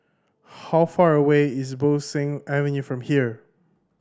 how far away is Bo Seng Avenue from here